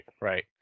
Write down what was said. right